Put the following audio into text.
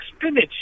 spinach